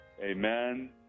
amen